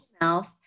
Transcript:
mouth